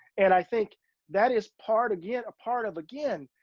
and i think that is part again, a part of, again,